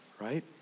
Right